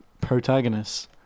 protagonists